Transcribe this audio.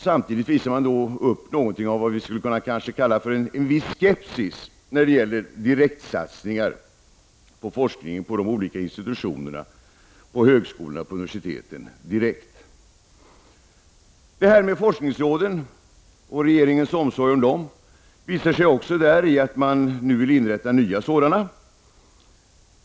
Samtidigt visar regeringen något som man skulle kunna beteckna som viss skepsis när det gäller direkta satsningar på forskning på de olika institutionerna, högskolorna och universiteten. Regeringens omsorg om forskningsråden visar sig också däri att man vill inrätta nya sådana.